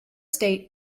state